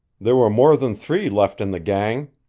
there were more than three left in the gang.